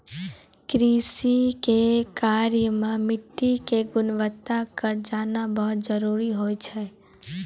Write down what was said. कृषि के कार्य मॅ मिट्टी के गुणवत्ता क जानना बहुत जरूरी होय छै